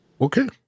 Okay